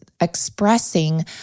expressing